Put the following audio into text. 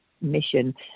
mission